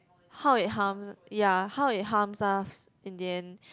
how it harms ya how it harms us in the end